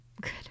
Good